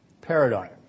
paradigm